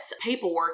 paperwork